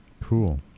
Cool